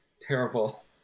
terrible